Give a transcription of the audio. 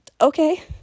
Okay